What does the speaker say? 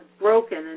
broken